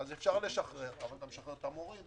אז אפשר לשחרר אתה משחרר את המורים,